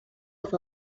with